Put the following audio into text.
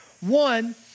One